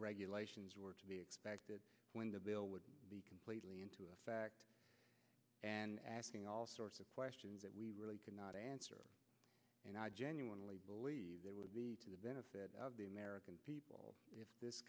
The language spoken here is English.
regulations were to be expected when the bill would be completely into effect and asking all sorts of questions that we really cannot answer and i genuinely believe that with the benefit of the american people this